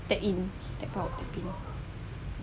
type in type R